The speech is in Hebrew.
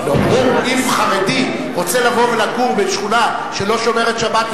אם חרדי רוצה לבוא ולגור בשכונה שלא שומרת שבת,